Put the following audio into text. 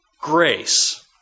grace